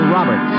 Robert